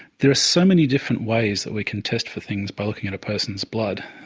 there are so many different ways that we can test for things by looking at a person's blood.